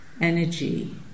energy